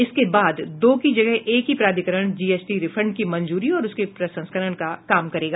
इसके बाद दो की जगह एक ही प्राधिकरण जीएसटी रिफंड की मंजूरी और उसके प्रसंस्करण का काम करेगा